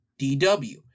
DW